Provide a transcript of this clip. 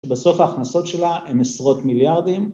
‫שבסוף ההכנסות שלה ‫הן עשרות מיליארדים.